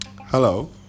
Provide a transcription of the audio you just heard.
hello